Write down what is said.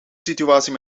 situatie